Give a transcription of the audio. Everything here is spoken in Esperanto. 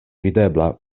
videbla